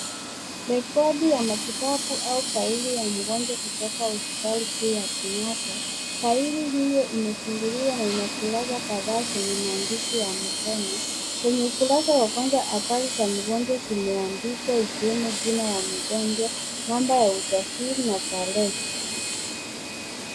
Rekodi ya matibabu au faili ya mgonjwa kutoka hospitali kuu ya Kenyatta. Faili hiyo imefunguliwa na ina kurasa kadhaa zenye maandishi ya mkono. Kwenye ukurasa wa kwanza habari za mgonjwa zimeandikwa, ikiwemo jina ya mgonjwa, namba ya usajili na tarehe.